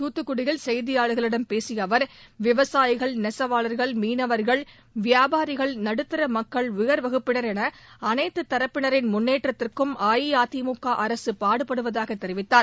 தூத்துக்குடியில் செய்தியாளர்களிடம் பேசிய அவர் விவசாயிகள் நெசவாளர்கள் மீனவர்கள் வியாபாரிகள் நடுத்தர மக்கள் உயா்வகுப்பினர் எள அனைத்துத்தரப்பினரின் முன்னேற்றத்திற்கும் அஇஅதிமுக அரசு பாடுப்படுவதாக தெரிவித்தார்